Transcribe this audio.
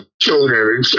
children